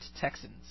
Texans